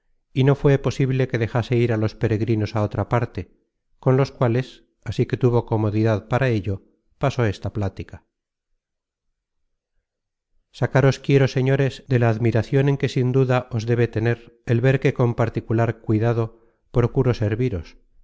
y no fué posible que dejase ir á los peregrinos á otra parte con los cuales así que tuvo comodidad para ello pasó esta plática sacaros quiero señores de la admiracion en que sin duda os debe tener el ver que con particular cuidado procuro serviros